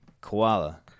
Koala